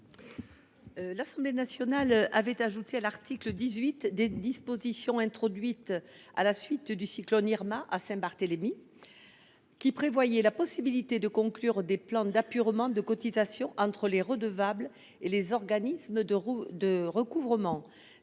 L’Assemblée nationale avait ajouté à l’article 18 des dispositions introduites à la suite du passage du cyclone Irma à Saint Barthélemy. Elles prévoyaient la possibilité de conclure des plans d’apurement de cotisations entre les redevables et les organismes de recouvrement.